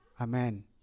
Amen